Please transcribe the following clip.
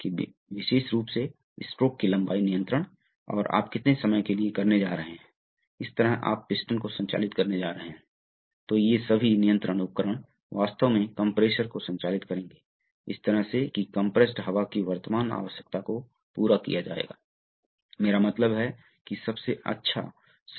तो return stroke को नियंत्रित किया जा रहा है टैंक पर जा रहा है यही वह तरीका है जिससे द्रव बहेगा अब दिलचस्प बात यह है कि फीडबैक कहां है दिलचस्प बात यह है कि लोड बॉडी से जुड़ा है अपने इसे खींचा स्पूल को इस तरफ खींचा सिलेंडर किस तरफ जाएगा